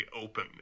open